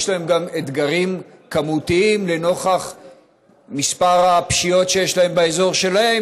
יש להם גם אתגרים כמותיים לנוכח מספר הפשיעות שיש להם באזור שלהם?